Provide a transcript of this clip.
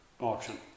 auction